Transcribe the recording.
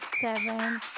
seven